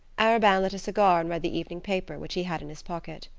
arobin lit a cigar and read the evening paper, which he had in his pocket.